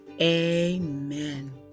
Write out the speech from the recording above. amen